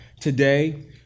today